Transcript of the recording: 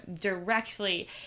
directly